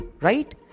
right